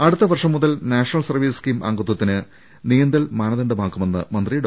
അടുത്ത വർഷം മുതൽ നാഷണൽ സർവ്വീസ് സ്കീം അംഗത്വത്തിന് നീന്തൽ മാനദണ്ഡമാക്കുമെന്ന് മന്ത്രി ഡോ